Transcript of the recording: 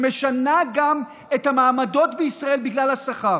שמשנה גם את המעמדות בישראל בגלל השכר.